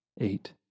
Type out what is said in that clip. Eight